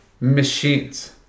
machines